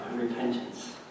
repentance